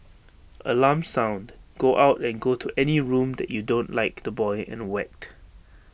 alarm sound go out and go to any room that you don't like the boy and whacked